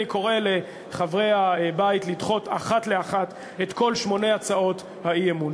אני קורא לחברי הבית לדחות אחת לאחת את כל שמונה הצעות האי-אמון.